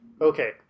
Okay